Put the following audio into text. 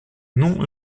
non